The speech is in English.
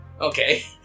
Okay